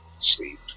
sleep